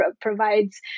provides